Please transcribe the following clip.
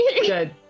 Good